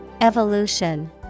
Evolution